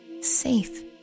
safe